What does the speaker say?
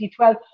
2012